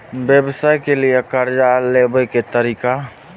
व्यवसाय के लियै कर्जा लेबे तरीका?